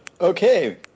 okay